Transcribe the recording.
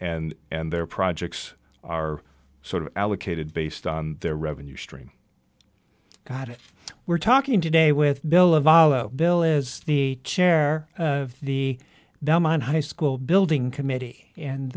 and and their projects are sort of allocated based on their revenue stream got it we're talking today with bill of alla bill is the chair of the belmont high school building committee and